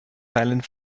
silent